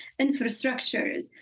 infrastructures